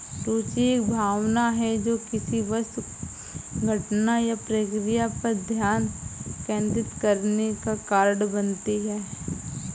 रूचि एक भावना है जो किसी वस्तु घटना या प्रक्रिया पर ध्यान केंद्रित करने का कारण बनती है